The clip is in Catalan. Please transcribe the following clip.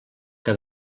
que